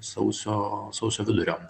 sausio sausio vidurio